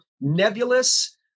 nebulous